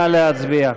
נא להצביע.